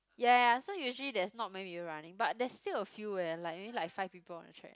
ya ya ya so usually there's not many people running but there's still a few eh like maybe like five people on the track